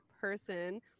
person